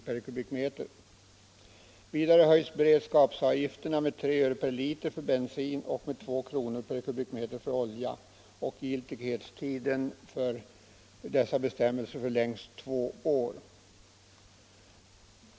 per m”. Vidare höjs beredskapsavgifterna med 3 öre per liter för bensin och med 2 kr. per nm för olja, och giltighetstiden för dessa bestämmelser förlängs två år.